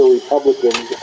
Republicans